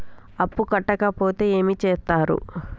అప్పు కట్టకపోతే ఏమి చేత్తరు?